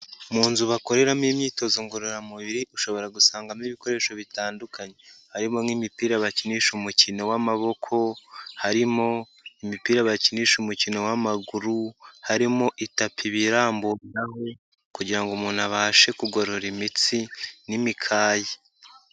Mu nzu bakoreramo imyitozo ngororamubiri, ushobora gusangamo ibikoresho bitandukanye, harimo nk'imipira bakinisha umukino w'amaboko, harimo imipira bakinisha umukino w'amaguru, harimo itapi biramburiraho kugira ngo umuntu abashe kugorora imitsi n'imikaya.